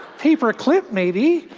paper clip, maybe.